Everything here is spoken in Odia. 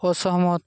ଅସହମତ